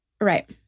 right